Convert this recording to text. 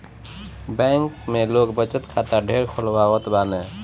bank में लोग बचत खाता ढेर खोलवावत बाने